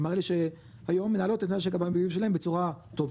כלומר אלה שהיום מנהלות את משק המים והביוב שלהן בצורה טובה,